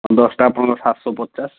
ଦଶଟା ଆପଣଙ୍କର ସାତଶହ ପଚାଶ